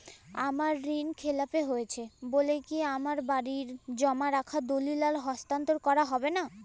আমার ঋণ খেলাপি হয়েছে বলে কি আমার বাড়ির জমা রাখা দলিল আর হস্তান্তর করা হবে না?